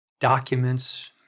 documents